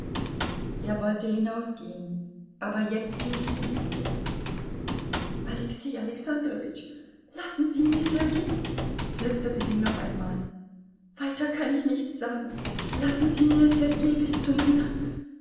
er wollte hinausgehen aber jetzt hielt sie ihn zurück alexei alexandrowitsch lassen sie mir sergei flüsterte sie noch einmal weiter kann ich nichts sagen lassen sie mir sergei bis zu meiner